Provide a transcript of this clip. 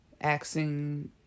asking